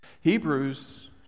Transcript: hebrews